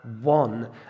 one